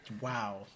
Wow